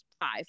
five